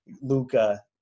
Luca